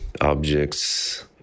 objects